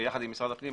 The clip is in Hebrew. יחד עם משרד הפנים,